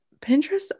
Pinterest